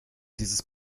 dieses